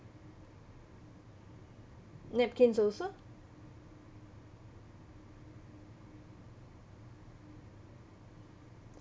napkins also